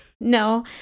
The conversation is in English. No